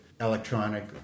electronic